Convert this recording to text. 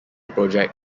project